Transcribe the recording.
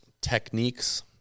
techniques